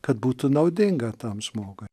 kad būtų naudinga tam žmogui